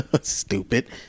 stupid